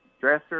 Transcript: dresser